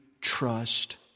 trust